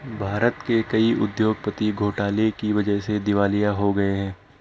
भारत के कई उद्योगपति घोटाले की वजह से दिवालिया हो गए हैं